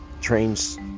trains